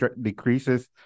decreases